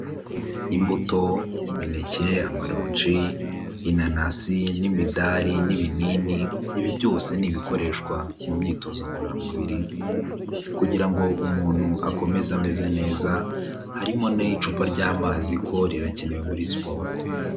Imbuto; imineke, amaronji, inanasi n'imidari n'ibinini. Ibi byose ni ibikoreshwa mu myitozo ngororamubiri kugira ngo umuntu akomeze ameze neza, harimo n'icupa ry'amazi ko rirakenewe muri siporo.